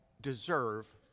deserve